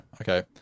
Okay